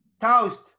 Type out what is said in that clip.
Toast